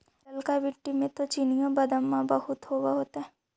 ललका मिट्टी मे तो चिनिआबेदमां बहुते होब होतय?